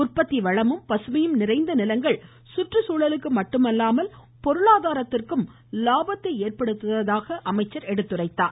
உற்பத்தி வளமும் பசுமையும் நிறைந்த நிலங்கள் சுற்றுச்சூழலுக்கு மட்டுமல்லாமல் பொருளாதாரத்திற்கும் லாபத்தை ஏற்படுத்துவதாக தெரிவித்தார்